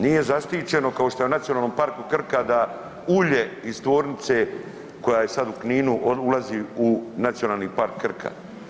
Nije zaštićeno kao što je u Nacionalnom parku Krka da ulje iz tvornice koja je sada u Kninu ulazi u Nacionalni park Krka.